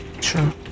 true